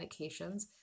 medications